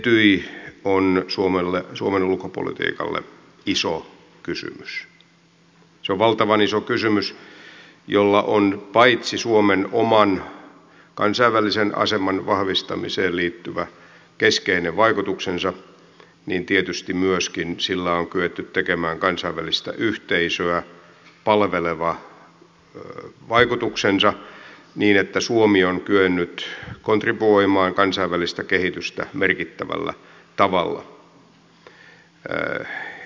etyj on suomen ulkopolitiikalle iso kysymys se on valtavan iso kysymys jolla on suomen oman kansainvälisen aseman vahvistamiseen liittyvä keskeinen vaikutuksensa mutta tietysti sillä myöskin on kyetty tekemään kansainvälistä yhteisöä palveleva vaikutus niin että suomi on kyennyt kontribuoimaan kansainvälistä kehitystä merkittävällä tavalla